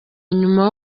nyuma